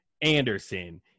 Anderson